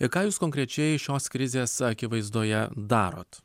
ir ką jūs konkrečiai šios krizės akivaizdoje darot